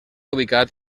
ubicat